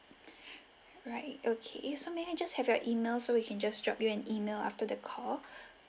right okay so may I just have your email so we can just drop you an email after the call